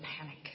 panic